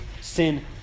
sin